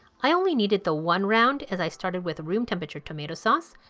i only needed the one round as i started with room temperature tomato sauce.